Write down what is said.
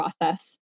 process